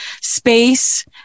space